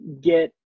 get